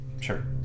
Sure